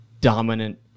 dominant